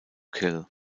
kill